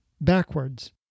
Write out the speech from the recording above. backwards